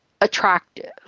attractive